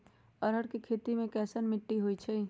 अरहर के खेती मे कैसन मिट्टी होइ?